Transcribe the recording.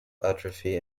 atrophy